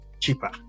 cheaper